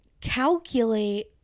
calculate